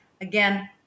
again